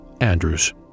Andrews